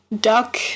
duck